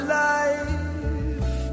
life